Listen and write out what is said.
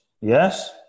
Yes